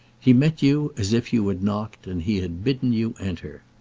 he met you as if you had knocked and he had bidden you enter.